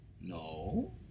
no